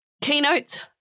Keynotes